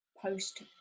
post